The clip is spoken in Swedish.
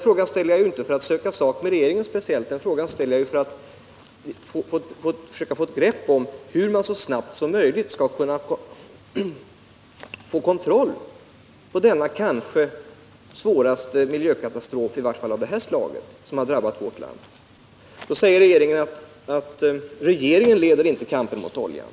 Jag ställer inte den frågan för att söka sak med regeringen, utan jag ställer den för att försöka få ett grepp om hur man så snabbt som möjligt skall kunna få kontroll över den kanske svåraste miljökatastrof — i varje fall av det här slaget — som drabbat vårt land. Jag får då till svar att regeringen inte leder kampen mot oljan.